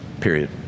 period